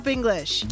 English